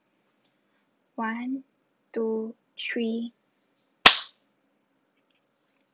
one two three